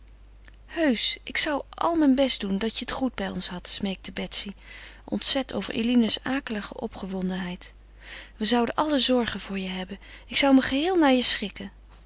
heusch ik zou al mijn best doen dat je het goed bij ons hadt smeekte betsy ontzet over eline's akelige opgewondenheid we zouden alle zorgen voor je hebben ik zou me geheel naar je schikken